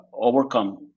overcome